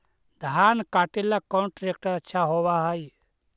धान कटे ला कौन ट्रैक्टर अच्छा होबा है?